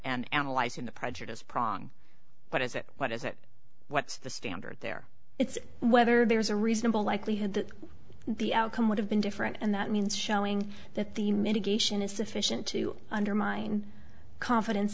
and analyzing the prejudice prong what is it what is it what's the standard there it's whether there's a reasonable likelihood that the outcome would have been different and that means showing that the mitigation is sufficient to undermine confidence